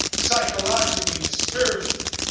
psychologically and spiritually.